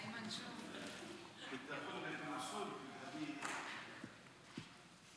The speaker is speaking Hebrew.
ההצעה להעביר את הנושא לוועדה לענייני כספים נתקבלה.